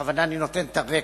אני בכוונה נותן את הרקע.